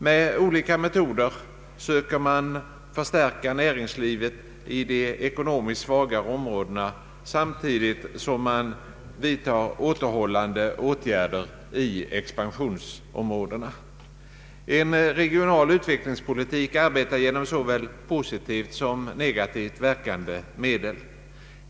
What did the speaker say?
Med olika metoder söker man förstärka näringslivet i de ekonomiskt svagare områdena, samtidigt som man vidtar återhållande åtgärder i expansionsområdena. En regional utvecklingspolitik arbetar genom såväl positivt som negativt verkande medel.